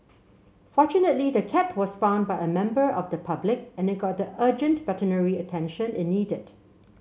fortunately the cat was found by a member of the public and it got the urgent veterinary attention it needed